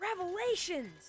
revelations